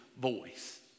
voice